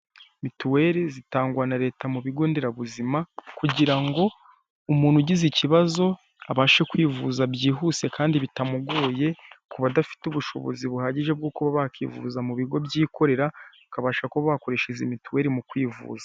Mituweri zitangwa na leta mubigonderabuzima kugira ngo umuntu ugize ikibazo abashe kwivuza byihuse kandi bitamugoye kubadafite ubushobozi buhagije bwo kuba bakivuza mubigo byikorera bakabasha kuba bakoresha izi mituweri mukwivuza.